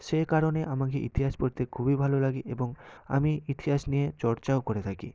সে কারণে আমাকে ইতিহাস পড়তে খুবই ভালো লাগে এবং আমি ইতিহাস নিয়ে চর্চাও করে থাকি